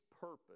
purpose